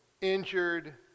injured